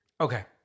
Okay